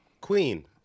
Queen